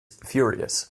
furious